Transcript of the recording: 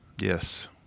yes